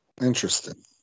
interesting